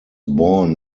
born